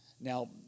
Now